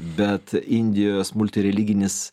bet indijos multireliginis